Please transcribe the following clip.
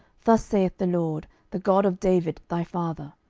thus saith the lord, the god of david thy father,